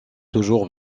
toujours